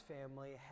family